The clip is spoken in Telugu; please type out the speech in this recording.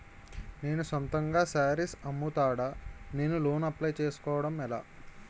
నేను సొంతంగా శారీస్ అమ్ముతాడ, నేను లోన్ అప్లయ్ చేసుకోవడం ఎలా?